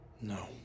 no